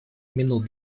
минут